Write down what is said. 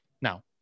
Now